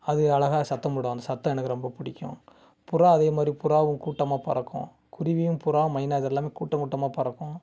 அது அழகா சத்தம் போடும் அந்த சத்தம் எனக்கு ரொம்ப பிடிக்கும் புறா அதேமாதிரி புறாவும் கூட்டமாக பறக்கும் குருவியும் புறா மைனா இதெல்லாமே கூட்டக்கூட்டமாக பறக்கும்